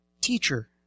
teacher